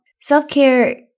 self-care